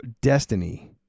destiny